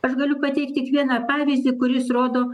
aš galiu pateikt tik vieną pavyzdį kuris rodo